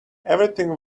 everything